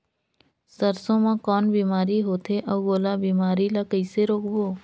सरसो मा कौन बीमारी होथे अउ ओला बीमारी ला कइसे रोकबो?